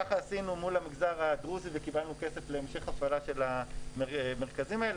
ככה עשינו מול המגזר הדרוזי וקיבלנו כסף להמשך הפעלה של המרכזים האלה.